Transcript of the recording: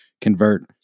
convert